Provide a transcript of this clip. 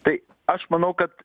tai aš manau kad